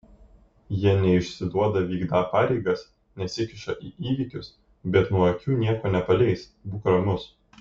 jie neišsiduoda vykdą pareigas nesikiša į įvykius bet nuo akių nieko nepaleis būk ramus